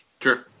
Sure